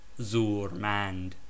Zurmand